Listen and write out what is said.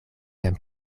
jam